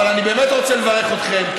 אבל אני באמת רוצה לברך אתכם,